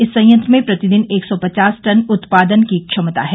इस संयंत्र में प्रतिदिन एक सौ पचास टन उत्पादन की क्षमता है